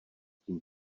tím